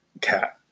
cat